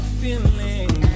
feeling